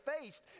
faced